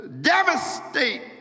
devastate